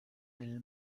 del